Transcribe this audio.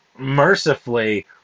mercifully